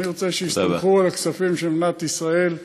אני רוצה שיסתמכו על הכספים של מדינת ישראל.